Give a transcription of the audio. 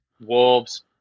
Wolves